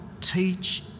teach